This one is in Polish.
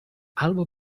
albo